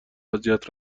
اذیت